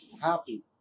happy